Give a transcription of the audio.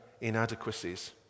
inadequacies